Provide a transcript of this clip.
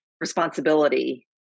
responsibility